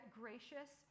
gracious